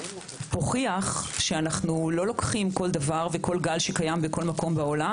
הוכיח שאנחנו לא לוקחים כל דבר וכל גל שקיים בכל מקום בעולם